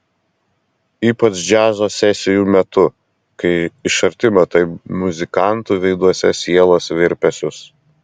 ypač džiazo sesijų metu kai iš arti matai muzikantų veiduose sielos virpesius